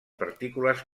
partícules